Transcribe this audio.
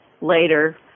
later